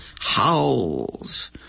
howls